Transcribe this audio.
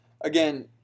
again